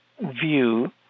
view